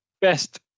best